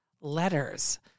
letters